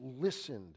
listened